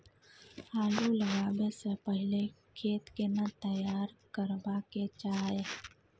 आलू लगाबै स पहिले खेत केना तैयार करबा के चाहय?